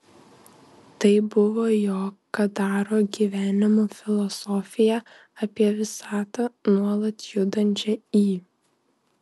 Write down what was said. tai buvo jo kadaro gyvenimo filosofija apie visatą nuolat judančią į